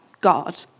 God